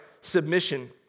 submission